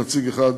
נציג אחד,